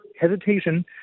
hesitation